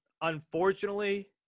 Unfortunately